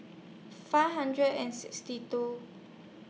five hundred and sixty two